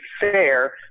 fair